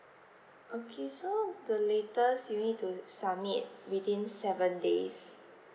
okay so the latest you need to submit within seven days